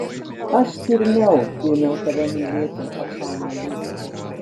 aš pirmiau ėmiau tave mylėti atšauna ji